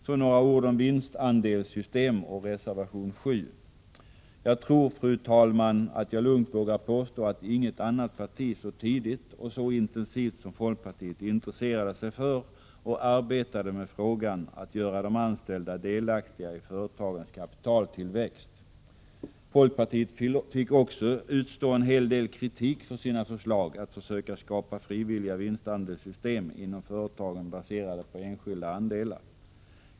Så några ord om vinstandelssystem och reservation 7. Jag tror, herr talman, att jag lugnt vågar påstå att inget annat parti så tidigt och så intensivt som folkpartiet intresserade sig för och arbetade med frågan att göra de anställda delaktiga i företagens kapitaltillväxt. Folkpartiet fick också utstå en hel del kritik för sina förslag att försöka skapa frivilliga vinstandelssystem inom företagen, baserade på enskilda andelar.